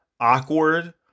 awkward